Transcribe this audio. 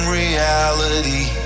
reality